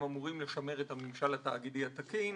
הם אמורים לשמר את הממשל התאגידי התקין,